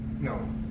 No